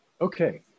Okay